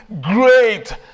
great